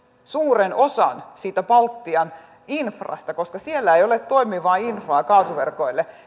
suuren osan siitä baltian infrasta koska siellä ei ole toimivaa infraa kaasuverkoille